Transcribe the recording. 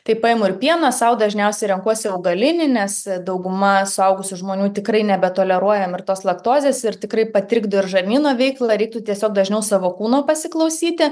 tai paimu ir pieno sau dažniausiai renkuosi augalinį nes dauguma suaugusių žmonių tikrai nebetoleruojam ir tos laktozės ir tikrai patrigdo ir žarnyno veiklą reiktų tiesiog dažniau savo kūno pasiklausyti